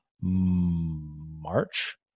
March